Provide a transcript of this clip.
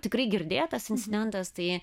tikrai girdėtas incidentas tai